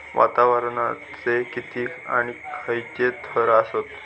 वातावरणाचे किती आणि खैयचे थर आसत?